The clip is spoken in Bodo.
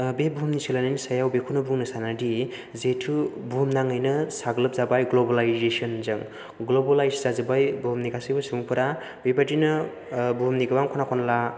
बे बुहुमनि सोलायनायनि सायाव बेखौनो बुंनो सानोदि जिहेथु बुहुमनाङैनो साग्लोबजाबाय ग्लबेलाइजेसनजों ग्लबेलाइस जाजोबबाय बुहुमनि गासैबो सुबुंफोरा बेबायदिनो बुहुमनि गोबां खना खनला